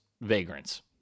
vagrants